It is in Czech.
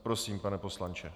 Prosím, pane poslanče.